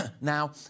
Now